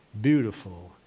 beautiful